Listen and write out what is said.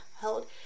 held